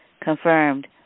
Confirmed